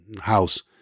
house